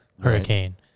hurricane